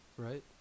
Right